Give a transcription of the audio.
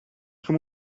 come